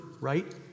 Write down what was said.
right